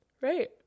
right